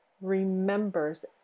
remembers